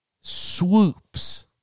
swoops